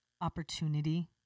opportunity